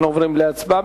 אנחנו עוברים להצבעה.